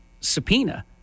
subpoena